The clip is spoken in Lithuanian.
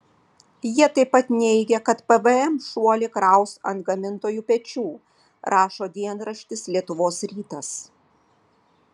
jie taip pat neigia kad pvm šuolį kraus ant gamintojų pečių rašo dienraštis lietuvos rytas